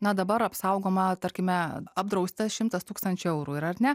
na dabar apsaugoma tarkime apdrausta šimtas tūkstančių eurų yra ar ne